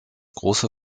große